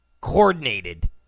Coordinated